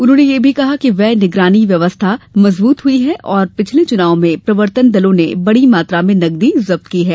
उन्होंने यह भी कहा कि व्यय निगरानी व्यवस्था मजबृत हई है और पिछले चुनावों में प्रवर्तन दलों ने बड़ी मात्रा में नकदी जब्त की है